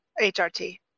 HRT